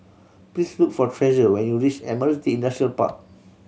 please look for Treasure when you reach Admiralty Industrial Park